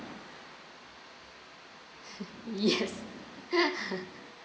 yes